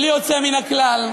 בלי יוצא מן הכלל,